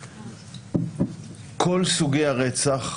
כל סוגי הרצח,